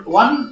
one